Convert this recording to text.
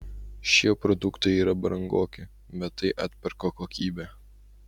šie produktai yra brangoki bet tai atperka kokybė